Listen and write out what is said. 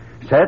Set